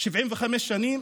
75 שנים,